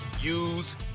use